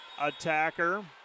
attacker